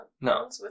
No